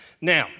Now